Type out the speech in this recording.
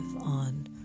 on